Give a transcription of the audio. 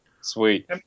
sweet